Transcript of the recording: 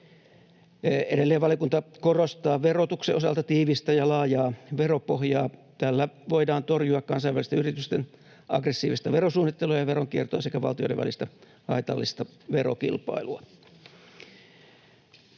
Edelleen valiokunta korostaa verotuksen osalta tiivistä ja laajaa veropohjaa. Tällä voidaan torjua kansainvälisten yritysten aggressiivista verosuunnittelua ja veronkiertoa sekä valtioiden välistä haitallista verokilpailua.